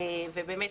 ובאמת,